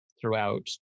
throughout